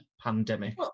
pandemic